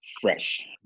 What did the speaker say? fresh